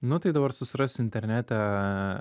nu tai dabar susirasiu internete